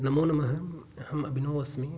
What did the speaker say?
नमो नमः अहम् अभिनवः अस्मि